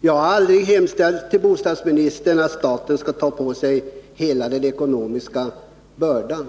Jag har aldrig hemställt till bostadsministern att staten skall ta på sig hela den ekonomiska bördan.